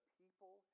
people